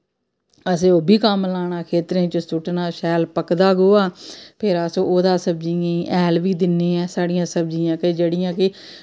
असें ओह् बी कम्म लाना खेत्तरें च सु'ट्टना शैल पक्कदा गोआ फिर अस ओह्दा सब्जियें गी ऐल बी दिदें आं साढ़ियां सब्जियां जेह्ड़ियां कि